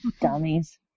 Dummies